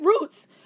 roots